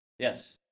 Yes